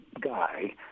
guy